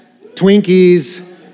Twinkies